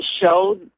show